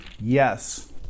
Yes